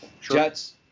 Jets